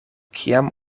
kiam